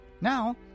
Now